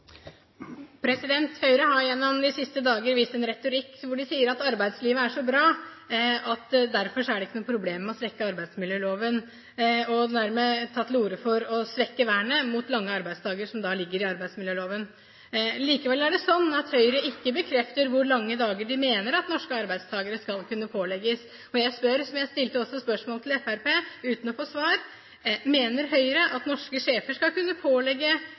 rød-grønne. Høyre har de siste dagene hatt en retorikk om at arbeidslivet er så bra, så derfor er det ikke noe problem å svekke arbeidsmiljøloven. De har dermed tatt til orde for å svekke vernet mot lange arbeidsdager, som ligger i arbeidsmiljøloven. Likevel bekrefter ikke Høyre hvor lange dager de mener at norske arbeidstakere skal kunne pålegges. Jeg spør – jeg stilte det samme spørsmålet til Fremskrittspartiet uten å få svar: Mener Høyre at norske sjefer skal kunne pålegge